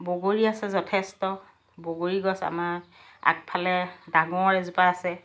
বগৰী আছে যথেষ্ট বগৰী গছ আমা আগফালে ডাঙৰ এজোপা আছে